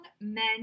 men